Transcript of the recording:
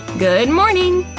good morning!